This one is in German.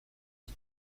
ich